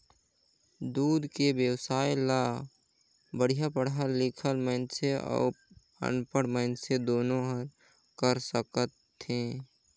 दूद के बेवसाय ल बड़िहा पड़हल लिखल मइनसे अउ अनपढ़ मइनसे दुनो हर कर सकथे